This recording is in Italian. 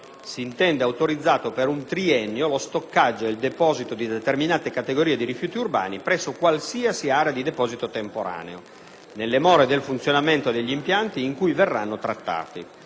si intendono autorizzati, per un triennio, lo stoccaggio e il deposito di determinate categorie di rifiuti urbani presso qualsiasi area di deposito temporaneo, nelle more del funzionamento degli impianti in cui verranno trattati.